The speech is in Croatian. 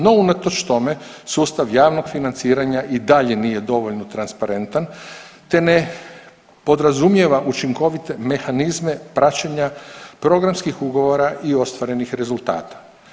No, unatoč tome, sustav javnog financiranja i dalje nije dovoljno transparentan te ne podrazumijeva učinkovite mehanizme praćenja programskih ugovora i ostvarenih rezultata.